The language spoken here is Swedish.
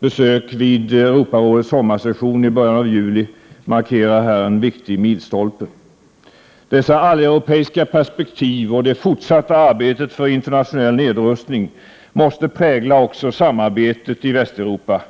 besök vid Europarådets sommarsession i början av juli markerar en viktig milstolpe. Dessa alleuropeiska perspektiv och det fortsatta arbetet för internationell nedrustning måste prägla också samarbetet i Västeuropa.